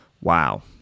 wow